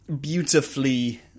beautifully